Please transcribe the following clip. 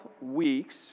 weeks